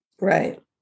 Right